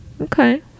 Okay